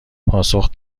پاسخ